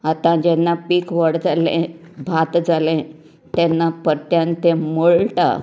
आता जेन्ना पीक व्हड जाले भात जाले तेन्ना परत्यान तें मळटा